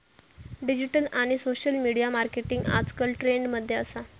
digital आणि social media marketing आजकल trend मध्ये असा